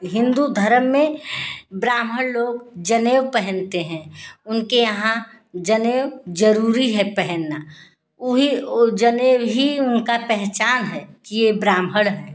हिन्दू धर्म में ब्राह्मण लोग जनेऊ पहनते हैं उनके यहाँ जनेऊ जरूरी है पहनना वही वो जनेऊ ही उनका पहचान है कि ये ब्राह्मण है